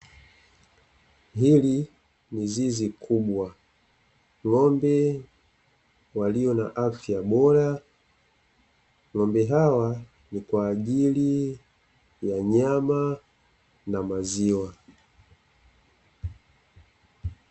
Hili ni zizi kubwa ng'ombe walio na afya bora , ng'ombe hawa ni kwa ajili ya nyama na maziwa.